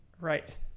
Right